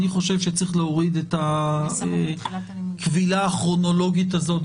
אני חושב שצריך להוריד את הכבילה הכרונולוגית הזאת.